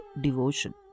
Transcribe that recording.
devotion